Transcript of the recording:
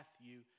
Matthew